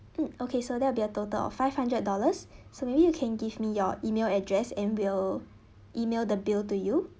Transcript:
mm okay so that'll be a total of five hundred dollars so maybe you can give me your email address and we'll email the bill to you